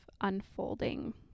unfolding